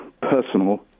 personal